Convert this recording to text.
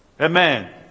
Amen